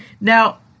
Now